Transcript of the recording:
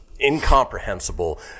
incomprehensible